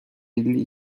elli